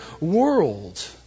world